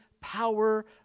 power